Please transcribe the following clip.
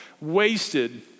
wasted